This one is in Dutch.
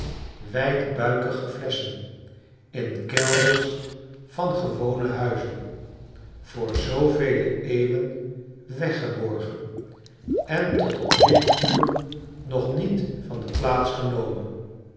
wijdbuikige flesschen in kelders van gewone huizen voor zoovele eeuwen weggeborgen en tot op dit uur nog niet van de plaats genomen